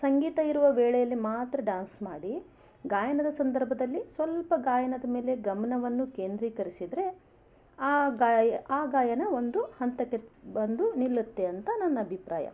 ಸಂಗೀತ ಇರುವ ವೇಳೆಯಲ್ಲಿ ಮಾತ್ರ ಡ್ಯಾನ್ಸ್ ಮಾಡಿ ಗಾಯನದ ಸಂದರ್ಭದಲ್ಲಿ ಸ್ವಲ್ಪ ಗಾಯನದ ಮೇಲೆ ಗಮನವನ್ನು ಕೇಂದ್ರೀಕರಿಸಿದ್ರೆ ಆ ಗಾಯ ಆ ಗಾಯನ ಒಂದು ಹಂತಕ್ಕೆ ಬಂದು ನಿಲ್ಲುತ್ತೆ ಅಂತ ನನ್ನ ಅಭಿಪ್ರಾಯ